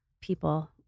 people